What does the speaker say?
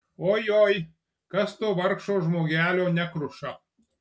ojoj kas to vargšo žmogelio nekruša